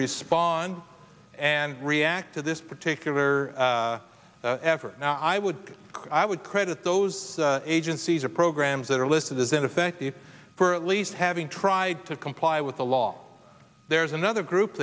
respond and react to this particular effort and i would i would credit those agencies or programs that are listed as ineffective for at least having tried to comply with the law there's another group